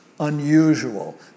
Unusual